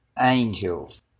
angels